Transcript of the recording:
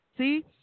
See